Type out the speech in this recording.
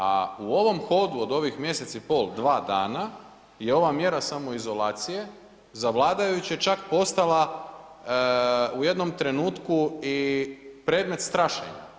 A u ovom hodu od ovih mjesec i pol, dva dana je ova mjera samoizolacije za vladajuće čak postala u jednom trenutku i predmet strašenja.